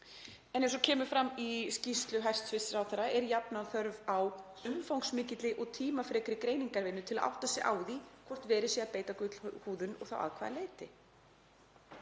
Eins og kemur fram í skýrslu hæstv. ráðherra er jafnan þörf á umfangsmikilli og tímafrekri greiningarvinnu til að átta sig á því hvort verið sé að beita gullhúðun og þá að hvaða leyti.